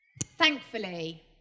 Thankfully